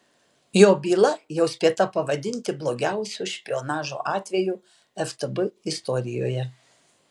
jo byla jau spėta pavadinti blogiausiu špionažo atveju ftb istorijoje